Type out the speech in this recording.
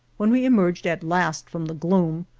when we emerged at last from the gloom,